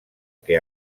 que